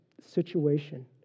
situation